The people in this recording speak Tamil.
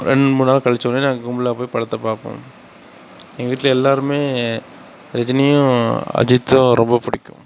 ரெண்டு மூணு நாள் கழிச்சோடனே நாங்கள் கும்பலாக போய் படத்தை பார்ப்போம் எங்கள் வீட்டில் எல்லாருமே ரஜினியும் அஜித்தும் ரொம்ப பிடிக்கும்